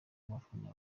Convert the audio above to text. abafana